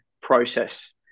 process